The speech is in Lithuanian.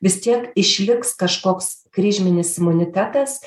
vis tiek išliks kažkoks kryžminis imunitetas